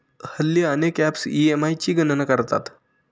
हल्ली अनेक apps EMI ची गणना करतात